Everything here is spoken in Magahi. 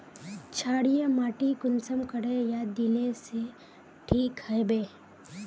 क्षारीय माटी कुंसम करे या दिले से ठीक हैबे?